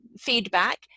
feedback